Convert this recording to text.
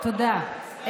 אולי תספרי לנו, תודה.